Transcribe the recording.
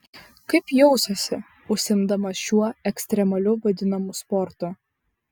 kaip jausiuosi užsiimdamas šiuo ekstremaliu vadinamu sportu